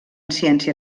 ciència